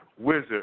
wizard